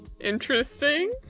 Interesting